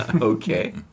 Okay